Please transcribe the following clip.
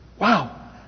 Wow